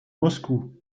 moscou